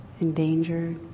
endangered